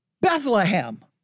Bethlehem